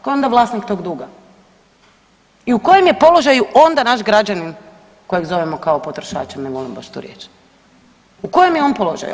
Ko je onda vlasnik tog duga i u kojem je položaju onda naš građanin kojeg zovemo kao potrošačem, ne volim baš tu riječ u kojem je on položaju?